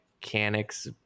mechanics